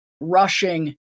rushing